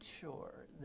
sure